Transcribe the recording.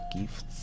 gifts